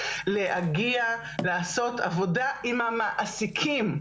להגיע ולעשות עבודה עם המעסיקים.